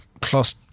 plus